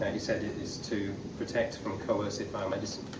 he said, is to protect from coercive biomedicine.